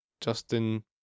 Justin